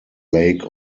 lake